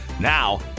Now